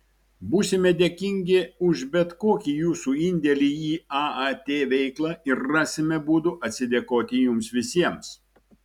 būsime dėkingi už bet kokį jūsų indėlį į aat veiklą ir rasime būdų atsidėkoti jums visiems